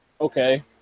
okay